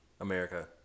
America